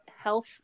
health